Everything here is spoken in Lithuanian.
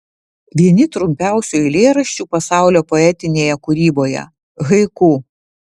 vieni trumpiausių eilėraščių pasaulio poetinėje kūryboje haiku